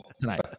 tonight